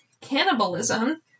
cannibalism